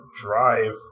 Drive